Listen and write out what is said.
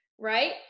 right